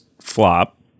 flop